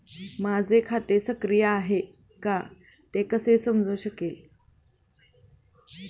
माझे खाते सक्रिय आहे का ते कसे समजू शकेल?